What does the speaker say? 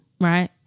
right